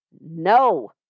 no